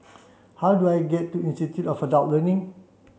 how do I get to Institute of Adult Learning